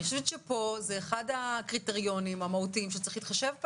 פה זה אחד הקריטריונים המהותיים שצריך להתחשב בהם.